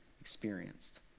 experienced